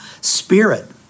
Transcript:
spirit